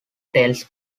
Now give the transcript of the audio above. tells